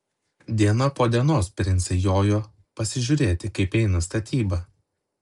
diena po dienos princai jojo pasižiūrėti kaip eina statyba